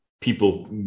people